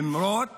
למרות